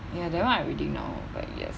ya that [one] I reading now but yes